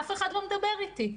אף אחד לא מדבר איתי.